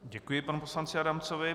Děkuji panu poslanci Adamcovi.